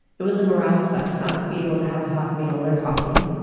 it was a morale suck not to be able to have a hot meal or coffee,